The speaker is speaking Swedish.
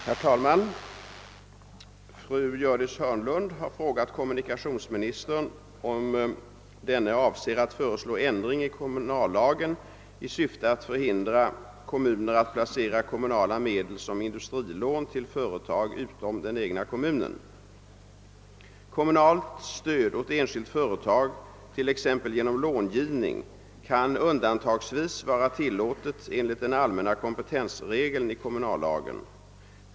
Herr talman! Fru Hörnlund har frågat kommunikationsministern om denne avser att föreslå ändring av kommunallagen i syfte att förhindra kommuner att placera kommunala medel som industrilån till företag utom den egna kommunen. Kommunalt stöd åt enskilt företåg, t.ex. genom långivning, kan undantagsvis vara tillåtet enligt den allmänna kompetensregeln i kommunallagen.